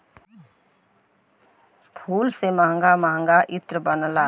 फूल से महंगा महंगा इत्र बनला